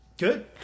Good